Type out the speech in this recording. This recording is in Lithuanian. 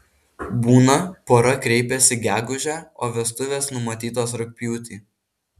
būna pora kreipiasi gegužę o vestuvės numatytos rugpjūtį